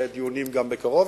בדיונים בקרוב,